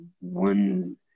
one